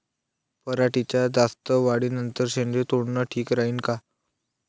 पराटीच्या जास्त वाढी नंतर शेंडे तोडनं ठीक राहीन का?